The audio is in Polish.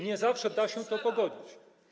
Nie zawsze da się to pogodzić.